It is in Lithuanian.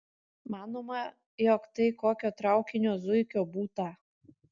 manoma jog tai kokio traukinio zuikio būta